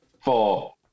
Four